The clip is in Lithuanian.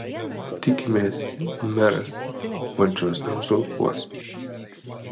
tikimės meras valdžios neuzurpuos